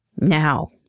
Now